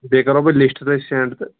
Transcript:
بیٚیہِ کَرہوو بہٕ لِسٹہٕ تۄہہِ سیٚنٛڈ تہٕ